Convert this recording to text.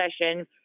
session